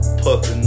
puffin